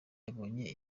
yabonye